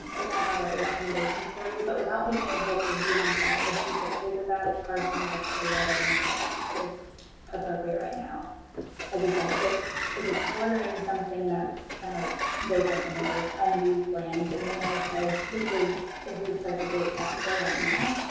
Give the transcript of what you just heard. they might have other recommendations for you, but without being able to be on site or see pictures of that it's hard for me to say whether or not it's appropriate right now. brandi stanford like you said, if it's if it's bordering something that's kind of like vacant land or un-used land, then they may say this is, this is perfectly acceptable right now,